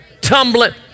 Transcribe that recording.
tumbling